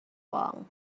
long